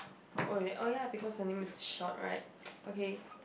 oh oh ya because her name is short right okay